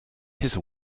his